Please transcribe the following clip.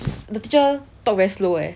the teacher talk very slow leh